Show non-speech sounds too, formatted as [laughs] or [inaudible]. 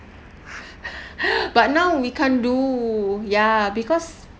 [laughs] but now we can't do ya because